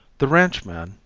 the ranchman,